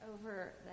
over